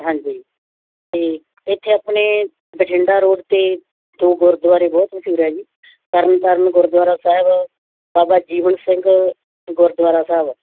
ਹਾਂਜੀ ਅਤੇ ਇੱਥੇ ਆਪਣੇ ਬਠਿੰਡਾ ਰੋਡ 'ਤੇ ਦੋ ਗੁਰਦੁਆਰੇ ਬਹੁਤ ਮਸ਼ਹੂਰ ਹੈ ਜੀ ਤਰਨਤਾਰਨ ਗੁਰਦੁਆਰਾ ਸਾਹਿਬ ਬਾਬਾ ਜੀਵਨ ਸਿੰਘ ਗੁਰਦੁਆਰਾ ਸਾਹਿਬ